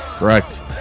correct